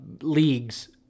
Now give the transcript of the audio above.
leagues